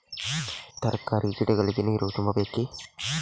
ತರಕಾರಿ ಗಿಡಗಳಿಗೆ ನೀರು ತುಂಬಬೇಕಾ?